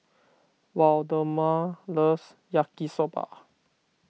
Waldemar loves Yaki Soba